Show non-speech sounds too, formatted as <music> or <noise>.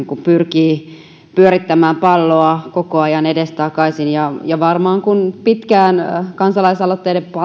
<unintelligible> kuin pyrkii pyörittämään palloa koko ajan edestakaisin ja ja varmaan kun pitkään kansalaisaloitteiden